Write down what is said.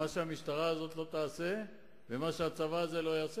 מה שהמשטרה הזאת לא תעשה ומה שהצבא הזה לא יעשה,